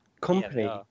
company